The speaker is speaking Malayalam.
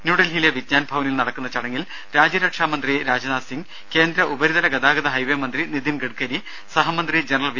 ന്യൂഡൽഹിയിലെ വിജ്ഞാൻ ഭവനിൽ നടക്കുന്ന ചടങ്ങിൽ രാജ്യരക്ഷാ മന്ത്രി രാജ്നാഥ് സിങ്ങ് കേന്ദ്ര ഉപരിതല ഗതാഗത ഹൈവേ മന്ത്രി നിതിൻ ഗഡ്കരി സഹമന്ത്രി ജനറൽ വി